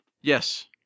Yes